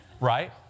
Right